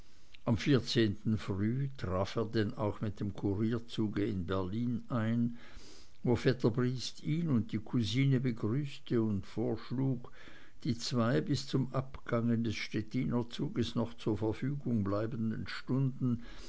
am früh traf er denn auch mit dem kurierzug in berlin ein wo vetter briest ihn und die cousine begrüßte und vorschlug die zwei bis zum abgang des stettiner zuges noch zur verfügung bleibenden stunden